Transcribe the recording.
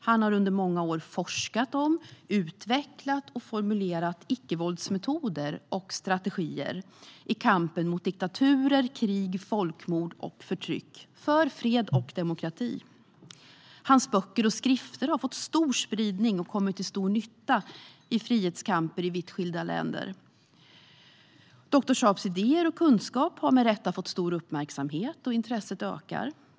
Han har under många år forskat om, utvecklat och formulerat icke-våldsmetoder och strategier i kampen mot diktaturer, krig, folkmord och förtryck, för fred och demokrati. Hans böcker och skrifter har fått stor spridning och har kommit till stor nytta i frihetskamper i vitt skilda länder. Doktor Sharps idéer och kunskap har med rätta fått stor uppmärksamhet, och intresset ökar.